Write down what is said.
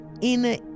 inner